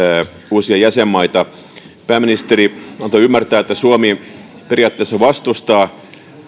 uusia jäsenmaita pääministeri antoi ymmärtää että suomi periaatteessa vastustaa